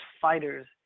fighters